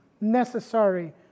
necessary